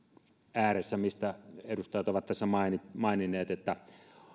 ääressä minkä edustajat ovat tässä maininneet että